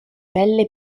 pelle